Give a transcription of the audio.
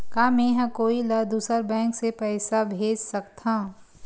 का मेंहा कोई ला दूसर बैंक से पैसा भेज सकथव?